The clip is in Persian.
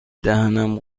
دهنم